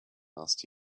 last